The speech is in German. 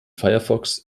firefox